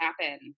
happen